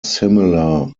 similar